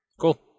Cool